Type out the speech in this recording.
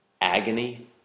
agony